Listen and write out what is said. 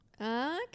Okay